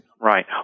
Right